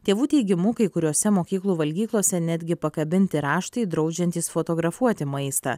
tėvų teigimu kai kuriose mokyklų valgyklose netgi pakabinti raštai draudžiantys fotografuoti maistą